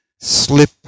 Slip